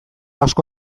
asko